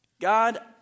God